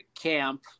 camp